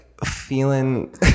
feeling